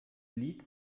lied